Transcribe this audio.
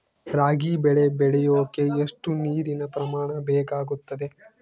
ರಾಗಿ ಬೆಳೆ ಬೆಳೆಯೋಕೆ ಎಷ್ಟು ನೇರಿನ ಪ್ರಮಾಣ ಬೇಕಾಗುತ್ತದೆ?